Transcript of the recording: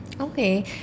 okay